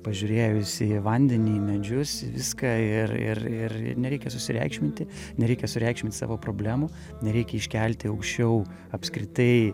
pažiūrėjus į vandenį į medžius viską ir ir ir nereikia susireikšminti nereikia sureikšmint savo problemų nereikia iškelti aukščiau apskritai